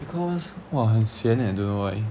because !wah! 很咸 leh don't know why